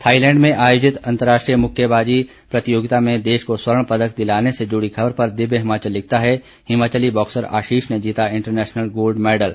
Thailand में आयोजित अर्न्तराष्ट्रीय मुक्केबाजी प्रतियोगिता में देश को स्वर्ण पदक दिलाने से जुड़ी खबर पर दिव्य हिमाचल लिखता है हिमाचली बॉक्सर आशीष ने जीता इंटरनेशलन गोल्ड मेडल